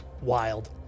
Wild